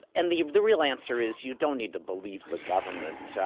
and the the real answer is you don't need to believe the government.